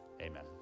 amen